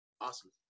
Awesome